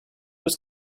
was